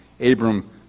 Abram